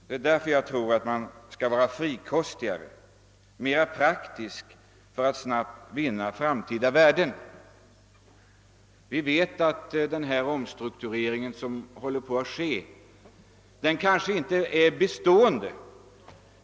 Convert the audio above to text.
Det är därför jag tror att man skall vara mera frikostig, mera praktisk för att snabbt säkra stora värden för framtiden. Vi vet att den omstrukturering som sker inte är något bestående.